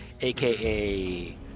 AKA